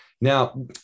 Now